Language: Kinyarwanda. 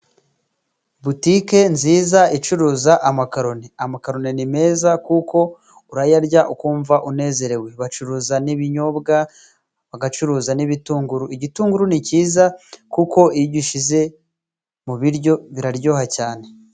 Butike nziza icuruza amakaroni ,amakaroni ni meza kuko urayarya ukumva unezerewe, bacuruza n'ibinyobwa, bagacuruza n'ibitunguru. Igitunguru ni kiza kuko iyo ugishyize mu biryo biraryoha cyane.